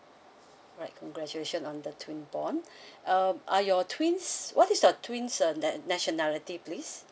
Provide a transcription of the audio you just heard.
alright congratulation on the twin born um are your twins what is your twins uh nat~ nationality please